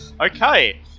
Okay